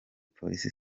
police